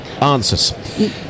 answers